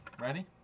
ready